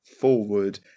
forward